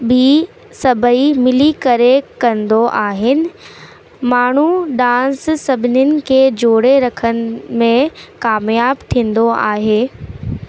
ॿी सभेई मिली करे कंदो आहिनि माण्हू डांस सभिनीनि खे जोड़े रखण में क़ामियाबु थींदो आहे